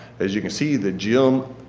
as you can see, the gym,